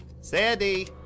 Sandy